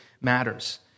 matters